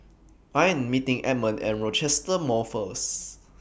I Am meeting Edmond At Rochester Mall First